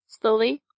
Slowly